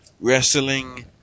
wrestling